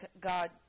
God